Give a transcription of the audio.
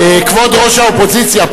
כבוד ראש האופוזיציה,